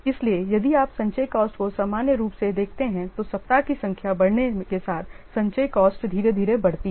इसलिए यदि आप संचयी कॉस्ट को सामान्य रूप से देखते हैं तो सप्ताह की संख्या बढ़ने के साथ संचयी कॉस्ट धीरे धीरे बढ़ती है